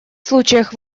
случаях